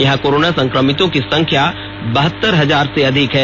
यहां कोरोना संक्रमितों की संख्या बहत्तर हजार से अधिक है